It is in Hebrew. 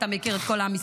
אתה מכיר את כל המספרים,